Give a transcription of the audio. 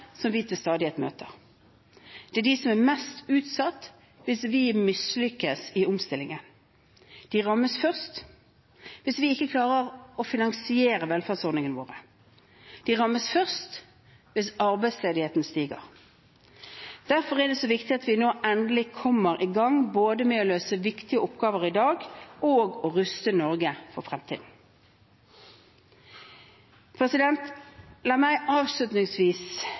som vi til stadighet møter. Det er de som er mest utsatt hvis vi mislykkes i omstillingen. De rammes først hvis vi ikke klarer å finansiere velferdsordningene våre. De rammes først hvis arbeidsledigheten stiger. Derfor er det så viktig at vi nå endelig kommer i gang med både å løse viktige oppgaver i dag og å ruste Norge for fremtiden. La meg avslutningsvis